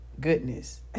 goodness